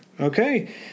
Okay